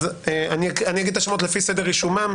אז אני אגיד את השמות לפי סדר רישומם,